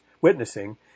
witnessing